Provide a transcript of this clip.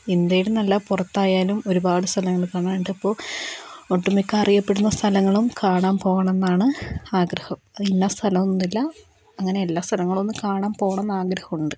ഇന്ത്യയിൽ എന്നല്ല പുറത്തായാലും ഒരുപാട് സ്ഥലങ്ങൾ കാണാനുണ്ട് അപ്പോൾ ഒട്ടുമിക്ക അറിയപ്പെടുന്ന സ്ഥലങ്ങളും കാണാൻ പോകണം എന്നാണ് ആഗ്രഹം അത് ഇന്ന സ്ഥലം എന്നൊന്നില്ല അങ്ങനെ എല്ലാ സ്ഥലങ്ങളൊന്നു കാണാൻ പോകണം എന്ന് ആഗ്രഹം ഉണ്ട്